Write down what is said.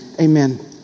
amen